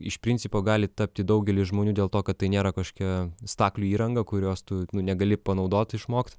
iš principo gali tapti daugelis žmonių dėl to kad tai nėra kažkokia staklių įranga kurios tu negali panaudot išmokt